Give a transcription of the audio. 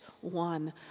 one